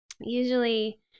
usually